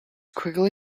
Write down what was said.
quickly